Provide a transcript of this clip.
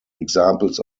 examples